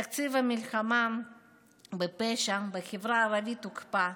תקציב המלחמה בפשע בחברה הערבית הוקפא,